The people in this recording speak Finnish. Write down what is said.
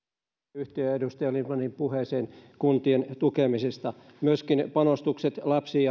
yhtyä edustaja lindtmanin puheeseen kuntien tukemisesta myöskin panostukset lapsiin